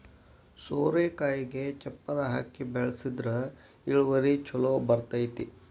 ಸೋರೆಕಾಯಿಗೆ ಚಪ್ಪರಾ ಹಾಕಿ ಬೆಳ್ಸದ್ರ ಇಳುವರಿ ಛಲೋ ಬರ್ತೈತಿ